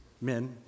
men